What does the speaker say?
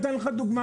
אתן לך דוגמה.